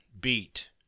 beat